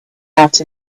out